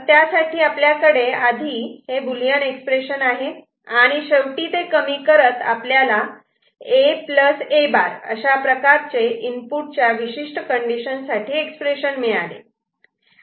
त्यासाठी आपल्याकडे आधी बुलियन एक्सप्रेशन आहे आणि शेवटी ते कमी करत आपल्याला A A' अशा प्रकारचे इनपुट च्या विशिष्ट कंडिशन साठी एक्सप्रेशन मिळाले